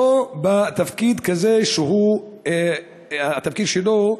ולא בתפקיד כזה, שהתפקיד שלו,